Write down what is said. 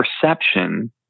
perception